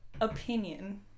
opinion